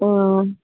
हय